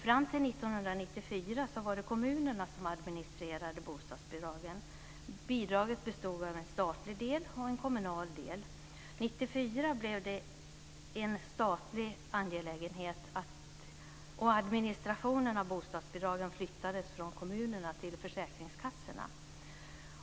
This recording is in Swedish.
Fram till 1994 var det kommunerna som administrerade bostadsbidragen. Bidraget bestod av en statlig del och en kommunal del. År 1994 blev det en statlig angelägenhet, och administrationen av bostadsbidragen flyttades från kommunerna till försäkringskassorna.